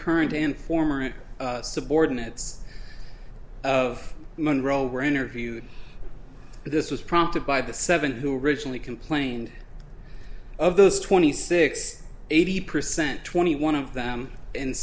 current and former subordinates of monroe were interviewed this was prompted by the seven who originally complained of those twenty six eighty percent twenty one of them in